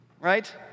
Right